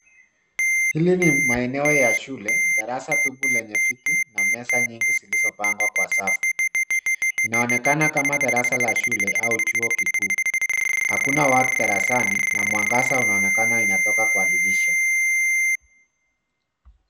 Hili ni maeneo ya shule. Darasa tupu lenye viti na meza zilizopangwa kwa safu. Inaonekana kama darasa la shule au chuo kikuu. Hakuna watu darasani na mwangaza unaonekana inatoka kwa dirisha.